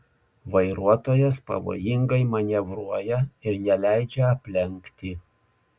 vairuotojas pavojingai manevruoja ir neleidžia aplenkti